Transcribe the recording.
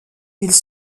ils